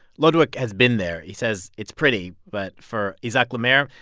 ludwijk has been there. he says it's pretty, but for isaac le maire,